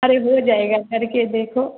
अरे हो जाएगा करके देखो